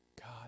God